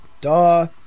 Duh